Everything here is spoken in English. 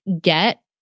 get